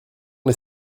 les